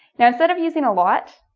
now instead of using a lot